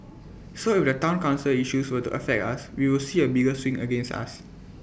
so if the Town Council issues were to affect us we will see A bigger swing against us